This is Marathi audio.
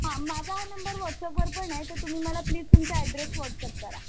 हां माझा हा नंबर वॉट्सअपवर पण आहे तर तुम्ही मला प्लीज तुमचा ॲड्रेस वॉट्सअप करा